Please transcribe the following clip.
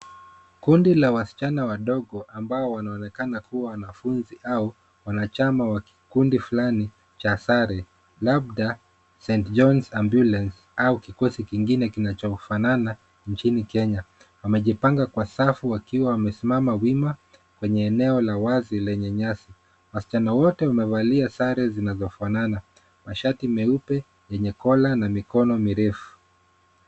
Kundi la wasichana wadogo, ambao wanaonekana kuwa wanafunzi au wanachama wa kikundi fulani cha sare, labda, St. John's Ambulance au kikosi kingine kinachofanana, nchini Kenya. Wamejipanga kwa safu wakiwa wamesimama wima, kwenye eneo la wazi lenye nyasi. Wasichana wote wamevalia sare zinazofanana. Mashati meupe yenye kola na mikono mirefu.